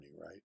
right